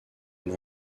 une